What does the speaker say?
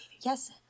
Yes